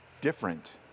different